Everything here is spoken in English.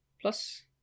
Plus